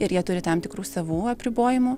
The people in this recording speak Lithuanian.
ir jie turi tam tikrų savų apribojimų